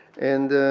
and